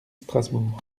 strasbourg